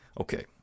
Okay